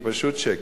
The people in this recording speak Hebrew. זה פשוט שקר.